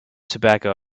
tobacco